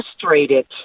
frustrated